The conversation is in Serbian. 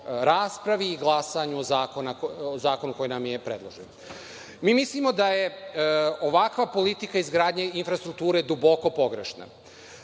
i glasanju zakona koji nam je predložen. Mislimo da je ovakva politika izgradnje infrastrukture duboko pogrešna.